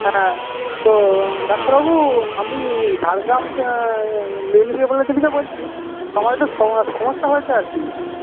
হ্যাঁ তো ডাক্তারবাবু আমি ঝাড়গ্রাম মিউনিসিপ্যালিটি থেকে বলছি আমার একটু সমস্যা হয়েছে আর কি